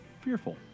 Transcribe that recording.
fearful